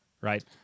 Right